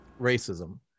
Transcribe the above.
Racism